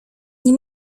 nie